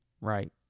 right